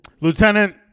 Lieutenant